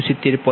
4169 p